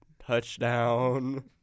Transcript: touchdown